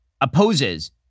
opposes